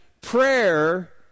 Prayer